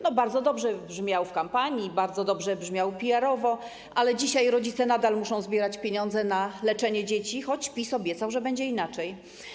No bardzo dobrze brzmiał w kampanii, bardzo dobrze brzmiał PR-owsko, ale dzisiaj rodzice nadal muszą zbierać pieniądze na leczenie dzieci, choć PiS obiecał, że będzie inaczej.